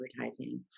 advertising